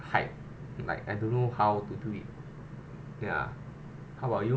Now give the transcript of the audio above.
height and like I don't know how to do it ya how about you